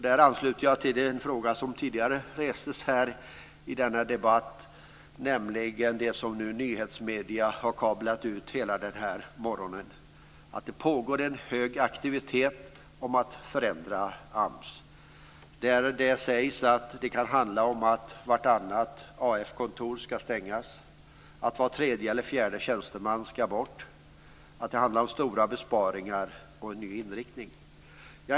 Där ansluter jag mig till den fråga som tidigare restes i denna debatt, nämligen det som nu nyhetsmedierna har kablat ut hela morgonen; att det pågår en hög aktivitet för att förändra AMS. Det sägs att det kan handla om att vartannat AF-kontor ska stängas och att var tredje eller var fjärde tjänsteman ska bort. Det handlar om stora besparingar och en ny inriktning.